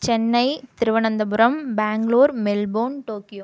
Chennai Thiruvananthapuram Bengaluru Melbourne Tokyo